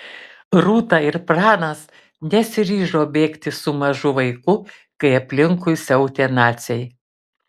rūta ir pranas nesiryžo bėgti su mažu vaiku kai aplinkui siautė naciai